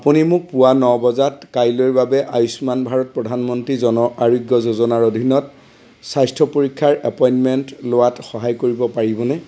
আপুনি মোক পুৱা ন বজা ত কাইলৈৰ বাবে আয়ুষ্মান ভাৰত প্ৰধানমন্ত্ৰী জন আৰোগ্য যোজনাৰ অধীনত স্বাস্থ্য পৰীক্ষাৰ এপইণ্টমেণ্ট লোৱাত সহায় কৰিব পাৰিবনে